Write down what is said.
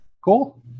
cool